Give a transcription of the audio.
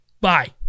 Bye